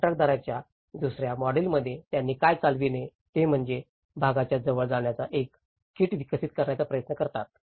कंत्राटदाराच्या दुसऱ्या मॉडेलमध्ये त्यांनी काय चालविले ते म्हणजे ते भागांच्या जवळ जाण्याचा एक किट विकसित करण्याचा प्रयत्न करतात